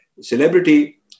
celebrity